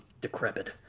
decrepit